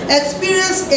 experience